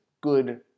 good